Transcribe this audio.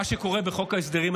מה שקורה בחוק ההסדרים,